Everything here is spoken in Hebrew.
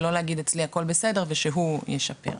לא להגיד "אצלי הכול בסדר", ושהוא ישפר.